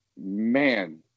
man